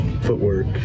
footwork